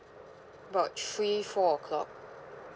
about three four o'clock